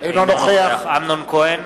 אינו נוכח אמנון כהן,